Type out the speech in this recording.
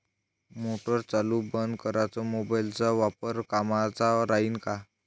Motor चालू बंद कराच मोबाईलचा वापर कामाचा राहीन का?